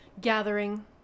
gathering